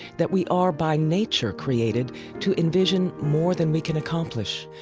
that we are by nature created to envision more than we can accomplish,